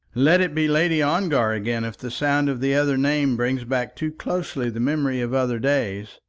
let it be lady ongar again if the sound of the other name brings back too closely the memory of other days.